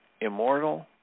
immortal